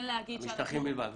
המשטחים בלבד.